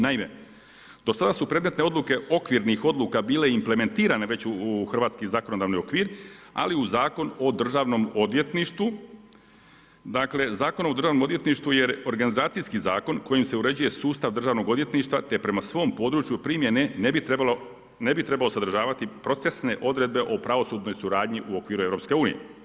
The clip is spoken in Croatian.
Naime, do sada su predmetne odluke, okvirnih odluka bile implementirane u hrvatski zakonodavni okvir, ali u zakon o državnom odvjetništvu, dakle, Zakon o Državnom odvjetništvu je organizacijski zakon, kojim se uređuje sustav Državnog odvjetništva, te prema svom području primjene ne bi tre balo sadržavati procesne odredbe o pravosudnoj suradnji u okviru EU.